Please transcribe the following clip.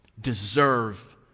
deserve